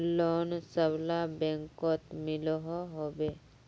Loan सबला बैंकोत मिलोहो होबे?